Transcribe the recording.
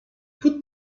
put